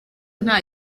nta